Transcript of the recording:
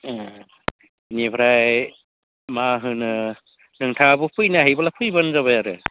ए बेनिफ्राय मा होनो नोंथांआबो फैनो हायोबालाय फैबानो जाबाय आरो